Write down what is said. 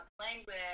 language